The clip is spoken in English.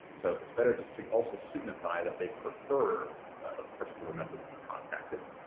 so it's better to also signify that they prefer a particular method to be contacted.